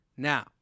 Now